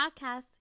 Podcast